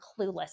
clueless